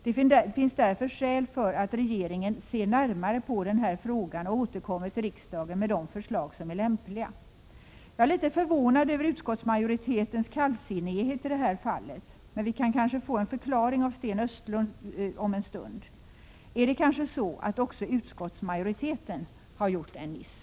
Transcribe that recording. Det finns därför skäl för att regeringen ser närmare på den här frågan och återkommer till riksdagen med de förslag som är lämpliga. Jag är litet förvånad över utskottsmajoritetens kallsinnighet i det här fallet. Men vi kan kanske få en förklaring av Sten Östlund om en stund. Är det kanske så att också utskottsmajoriteten har gjort en miss?